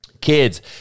Kids